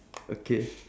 okay